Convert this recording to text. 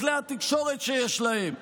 בכלי התקשורת שיש להם,